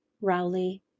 Rowley